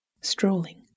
strolling